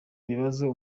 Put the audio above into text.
ibibazo